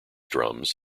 drums